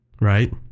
Right